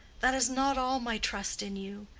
that is not all my trust in you.